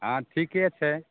हँ ठीके छै